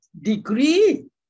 degree